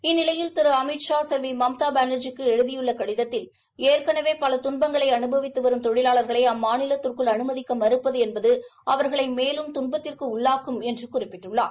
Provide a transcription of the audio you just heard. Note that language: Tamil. இந்நிலையில் திரு அமித்ஷா செல்வி மம்தா பானாஜிக்கு எழுதியுள்ள கடிதத்தில் ஏற்கனவே பல துள்பங்களை அனுபவித்து வரும் தொழிலாளா்களை அம்மாநிலத்திற்குள் அனுமதிக்க மறுப்பது என்பது அவர்களை மேலும் துன்பத்திற்கு உள்ளாக்கும் என்று குறிப்பிட்டுள்ளார்